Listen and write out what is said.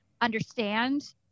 understand